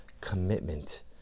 commitment